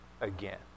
again